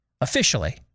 officially